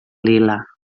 lila